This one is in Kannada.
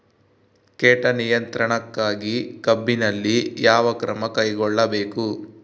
ಕೇಟ ನಿಯಂತ್ರಣಕ್ಕಾಗಿ ಕಬ್ಬಿನಲ್ಲಿ ಯಾವ ಕ್ರಮ ಕೈಗೊಳ್ಳಬೇಕು?